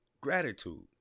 Gratitude